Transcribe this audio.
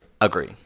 Agree